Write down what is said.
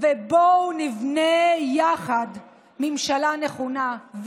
בואו נבנה יחד ממשלה נכונה.